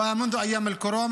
ועוד מזמן הקורונה,